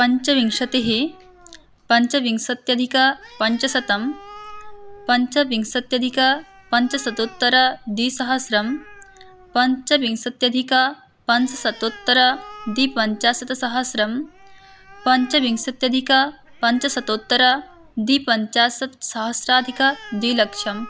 पञ्चविंशतिः पञ्चविंशत्यधिकपञ्चशतं पञ्चविंशत्यधिकपञ्चशतोत्तरद्विसहस्रं पञ्चविंशत्यधिकपञ्चशतोत्तरद्विपञ्चाशत्सहस्रं पञ्चविंशत्यधिकपञ्चशतोत्तरद्विपञ्चाशत्सहस्राधिकद्विलक्षम्